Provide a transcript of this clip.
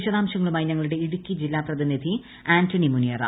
വിശദാംശങ്ങളുമായി ഞങ്ങളുടെ ഇടുക്കി ജില്ലാ പ്രതിനിധി ആന്റണി മുനിയറ